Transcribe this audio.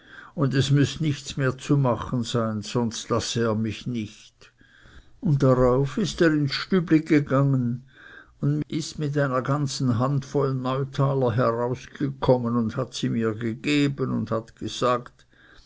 und es müß nichts mehr zu machen sein sonst lasse er mich nicht und darauf ist er ins stübli gegangen und ist mit einer ganzen handvoll neutaler herausgekommen und hat mir sie gegeben und hat gesagt